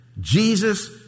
Jesus